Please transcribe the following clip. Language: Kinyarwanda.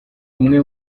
umwe